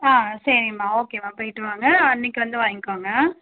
ஆ சரிம்மா ஓக்கேம்மா போயிட்டு வாங்க அன்றைக்கி வந்து வாங்கிக்கோங்க